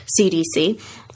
CDC